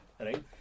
Right